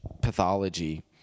pathology